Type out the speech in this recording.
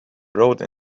rode